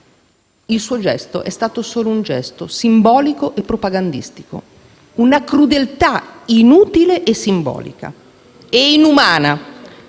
Il suo gesto è stato solo simbolico e propagandistico; una crudeltà inutile, simbolica e inumana.